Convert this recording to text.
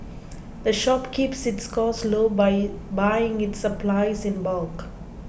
the shop keeps its costs low by buying its supplies in bulk